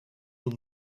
will